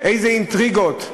איזה אינטריגות,